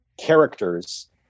characters